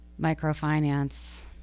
microfinance